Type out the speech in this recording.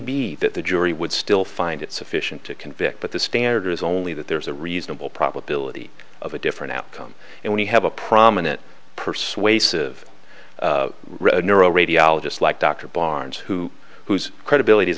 be that the jury would still find it sufficient to convict but the standard is only that there's a reasonable probability of a different outcome and when you have a prominent persuasive road neural radiologist like dr barnes who whose credibility is